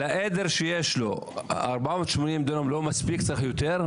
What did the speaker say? לעדר שיש לו, ה-480 לא מספיקים, צריך יותר?